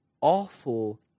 awful